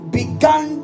began